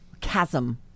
chasm